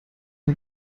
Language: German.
der